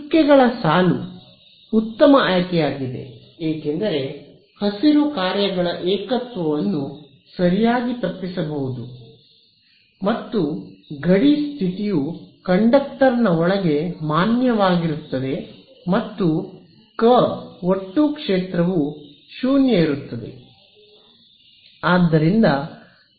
ಚುಕ್ಕೆಗಳ ಸಾಲು ಉತ್ತಮ ಆಯ್ಕೆಯಾಗಿದೆ ಏಕೆಂದರೆ ಹಸಿರು ಕಾರ್ಯಗಳ ಏಕತ್ವವನ್ನು ಸರಿಯಾಗಿ ತಪ್ಪಿಸಬಹುದು ಮತ್ತು ಗಡಿ ಸ್ಥಿತಿಯು ಕಂಡಕ್ಟರ್ ಒಳಗೆ ಮಾನ್ಯವಾಗಿರುತ್ತದೆ ಮತ್ತು ಕ ಒಟ್ಟು ಕ್ಷೇತ್ರವು 0 ಇರುತ್ತದೆ